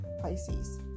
Pisces